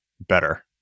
better